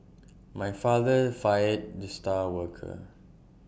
my father fired the star worker